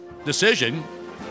Decision